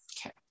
Okay